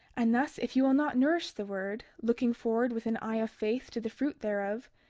and thus, if ye will not nourish the word, looking forward with an eye of faith to the fruit thereof,